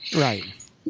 Right